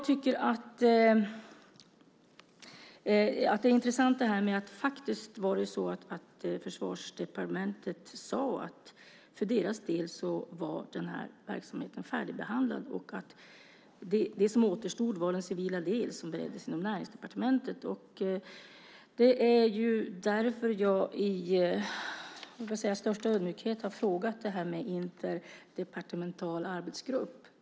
Det är intressant att Försvarsdepartementet faktiskt sade att denna verksamhet var färdigbehandlad för deras del och att det som återstod var den civila del som bereddes inom Näringsdepartementet. Det är därför som jag i största ödmjukhet har frågat om en interdepartemental arbetsgrupp.